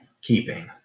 Keeping